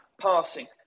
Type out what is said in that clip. passing